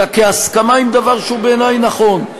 אלא כהסכמה עם דבר שהוא נכון בעיני,